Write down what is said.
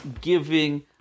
giving